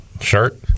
Shirt